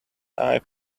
eyes